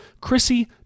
Chrissy